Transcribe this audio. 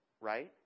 Right